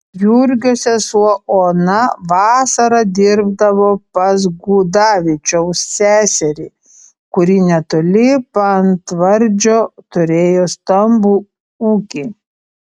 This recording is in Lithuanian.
jurgio sesuo ona vasarą dirbdavo pas gudavičiaus seserį kuri netoli paantvardžio turėjo stambų ūkį